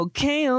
Okay